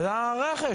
על הרכש,